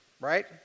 right